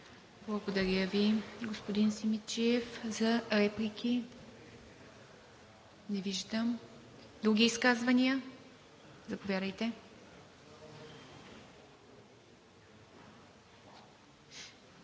Благодаря Ви, господин Чорбанов. За реплики? Не виждам. Други изказвания? Заповядайте, господин